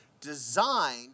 designed